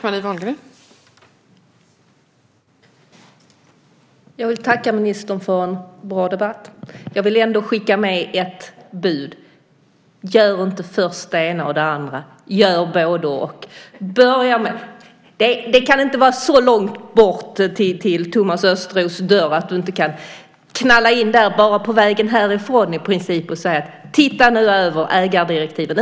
Fru talman! Jag vill tacka ministern för en bra debatt. Jag vill ändå skicka med ett bud. Gör inte först det ena och sedan det andra. Gör både-och! Det kan inte vara så långt bort till Thomas Östros dörr att du inte kan knalla in dit i princip bara på vägen härifrån och säga: Se nu över ägardirektiven.